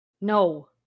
no